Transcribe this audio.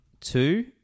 two